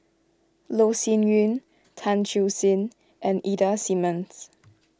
Loh Sin Yun Tan Siew Sin and Ida Simmons